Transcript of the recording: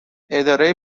اداره